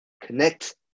Connect